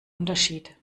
unterschied